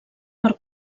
per